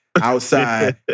outside